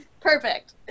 Perfect